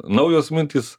naujos mintys